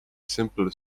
simple